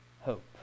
hope